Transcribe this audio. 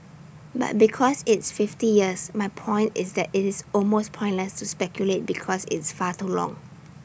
but because it's fifty years my point is that IT is almost pointless to speculate because it's far too long